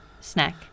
snack